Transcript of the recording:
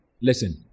Listen